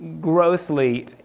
grossly